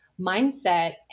mindset